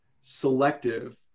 selective